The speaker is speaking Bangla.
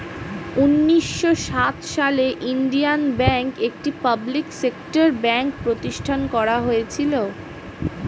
উন্নিশো সাত সালে ইন্ডিয়ান ব্যাঙ্ক, একটি পাবলিক সেক্টর ব্যাঙ্ক প্রতিষ্ঠান করা হয়েছিল